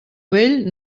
vell